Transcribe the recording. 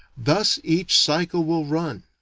thus each cycle will run.